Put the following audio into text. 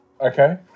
Okay